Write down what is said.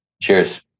Cheers